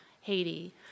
Haiti